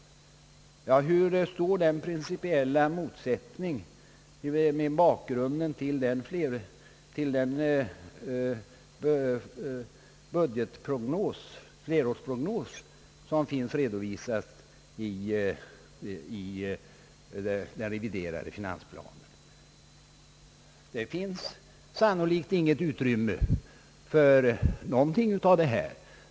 Ja, hur rimmar den principiella målsättningen med den flerårsprognos som redovisas i den reviderade finansplanen? Det finns sannolikt inget utrymme för någonting av det som centerpartiet föreslår.